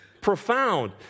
Profound